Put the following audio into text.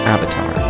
Avatar